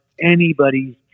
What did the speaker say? anybody's